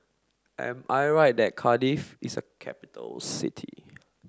am I right that Cardiff is a capital city